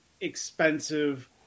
expensive